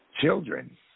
children